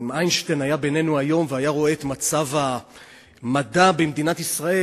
אם איינשטיין היה בינינו היום והוא היה רואה את מצב המדע במדינת ישראל,